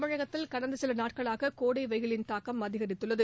தமிழகத்தில் கடந்த சில நாட்களாக கோடை வெயிலின் தாக்கம் அதிகரித்துள்ளது